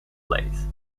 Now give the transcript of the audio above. place